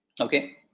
Okay